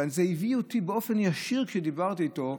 וזה הביא אותי באופן ישיר, כשדיברתי איתו,